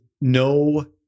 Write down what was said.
no